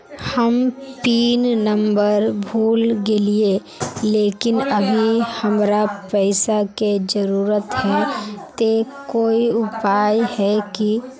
हम pin number भूल गेलिये लेकिन अभी हमरा पैसा के जरुरत है ते कोई उपाय है की?